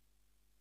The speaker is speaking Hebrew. שעה)